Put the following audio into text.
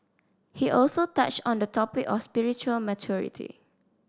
he also touched on the topic of spiritual maturity